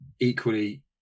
equally